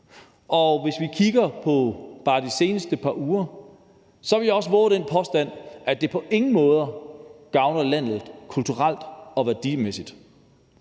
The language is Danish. Hvis vi kigger på bare de seneste par uger, vil jeg også vove den påstand, at det på ingen måde gavner landet kulturelt og værdimæssigt.